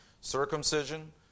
Circumcision